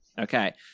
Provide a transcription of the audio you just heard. Okay